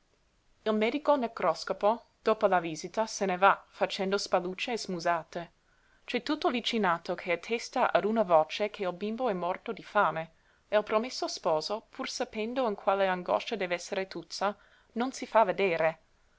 enorme il medico necroscopo dopo la visita se ne va facendo spallucce e smusate c'è tutto il vicinato che attesta a una voce che il bimbo è morto di fame e il promesso sposo pur sapendo in quale angoscia dev'essere tuzza non si fa vedere